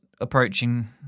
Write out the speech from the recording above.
approaching